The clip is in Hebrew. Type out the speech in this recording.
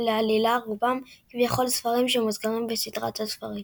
לעלילה – רובם כביכול ספרים שמוזכרים בסדרת הספרים.